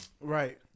right